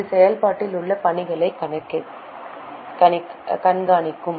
இது செயல்பாட்டில் உள்ள பணிகளைக் கண்காணிக்கும்